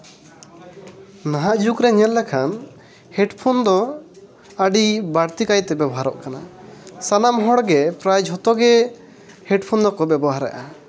ᱱᱟᱦᱟᱜ ᱡᱩᱜᱽ ᱨᱮᱢ ᱧᱮᱞ ᱞᱮᱠᱷᱟᱱ ᱦᱮᱹᱰᱯᱷᱳᱱ ᱫᱚ ᱟᱹᱰᱤ ᱵᱟᱹᱲᱛᱤ ᱠᱟᱭᱛᱮ ᱵᱮᱵᱷᱟᱨᱚᱜ ᱠᱟᱱᱟ ᱥᱟᱱᱟᱢ ᱦᱚᱲᱜᱮ ᱯᱨᱟᱭ ᱡᱷᱚᱛᱚ ᱜᱮ ᱦᱮᱹᱰᱯᱷᱳᱱ ᱫᱚᱠᱚ ᱵᱮᱵᱚᱦᱟᱨᱮᱫᱟ